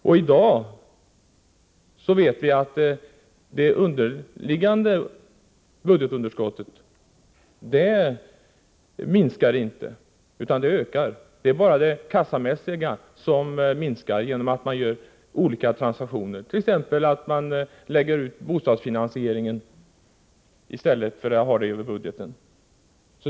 I dag vet vi att det underliggande budgetunderskottet inte minskar, utan det ökar. Det är bara det kassamässiga som minskar på grund av att man gör olika transaktioner, t.ex. att man lägger ut bostadsfinansieringen i stället för att låta den gå över budgeten.